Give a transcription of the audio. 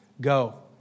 go